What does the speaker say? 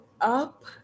up